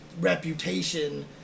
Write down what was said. reputation